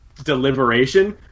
deliberation